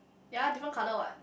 ya different colour what